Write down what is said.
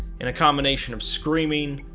in a combination of screaming,